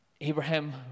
Abraham